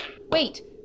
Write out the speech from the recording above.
Wait